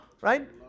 right